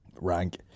rank